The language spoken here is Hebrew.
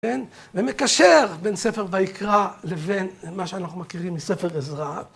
ומקשר בין ספר ויקרא לבין מה שאנחנו מכירים מספר עזרא.